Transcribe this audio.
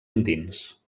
endins